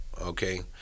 okay